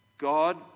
God